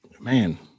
Man